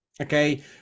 Okay